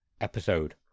episode